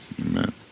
Amen